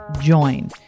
join